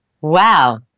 Wow